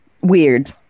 weird